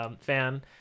Fan